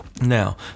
Now